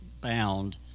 bound